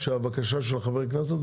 שהבקשה של חברי הכנסת,